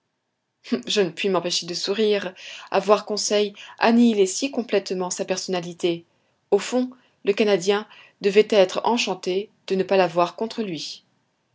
je ne pus m'empêcher de sourire à voir conseil annihiler si complètement sa personnalité au fond le canadien devait être enchanté de ne pas l'avoir contre lui